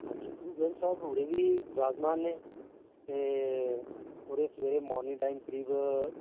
ਹਾਂਜੀ ਗੁਰੂ ਗ੍ਰੰਥ ਸਾਹਿਬ ਉਰੇ ਵੀ ਬਿਰਾਜਮਾਨ ਨੇ ਅਤੇ ਉਰੇ ਸਵੇਰੇ ਮੋਰਨਿੰਗ ਟਾਈਮ ਕਰੀਬ